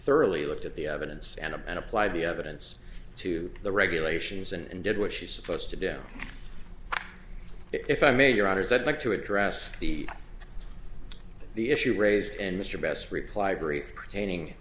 thoroughly looked at the evidence and and apply the evidence to the regulations and did what she's supposed to down if i made your honour's i'd like to address the the issue raised and mr best reply brief pertaining